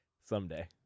Someday